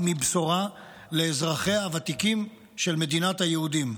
מבשורה לאזרחיה הוותיקים של מדינת היהודים,